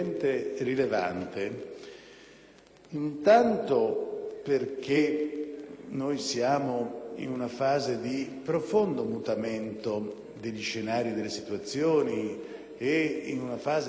siamo in una fase di profondo mutamento degli scenari e delle situazioni; in una fase nella quale è aperta, in tutti i Paesi che insieme a noi